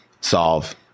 solve